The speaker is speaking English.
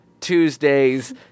Tuesdays